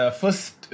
first